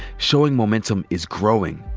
showing momentum is growing,